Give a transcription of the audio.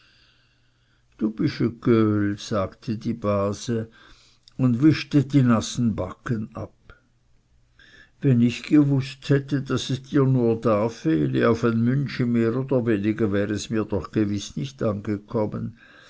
du bisch es göhl sagte die base und wischte die nassen backen ab wenn ich gewußt hätte daß es dir nur da fehle auf ein müntschi mehr oder weniger wäre es mir doch gewiß nicht angekommen